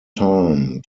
time